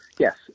Yes